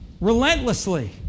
Relentlessly